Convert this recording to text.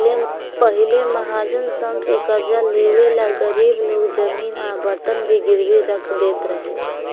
पहिले महाजन सन से कर्जा लेवे ला गरीब लोग जमीन आ बर्तन भी गिरवी रख देत रहे